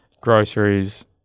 groceries